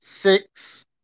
six